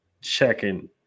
checking